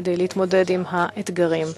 כדי להתמודד עם האתגרים,